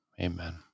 amen